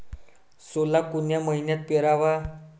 सोला कोन्या मइन्यात पेराव?